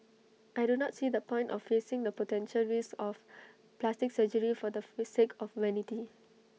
I do not see the point of facing the potential risks of plastic surgery for the free sake of vanity